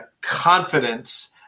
confidence